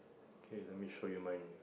okay let me show you mine